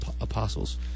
apostles